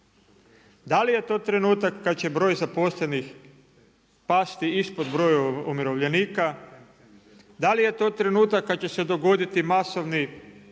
Da li je to trenutak kada će broj zaposlenih pasti ispod broja umirovljenika, da li je to trenutak kad će se dogoditi masovni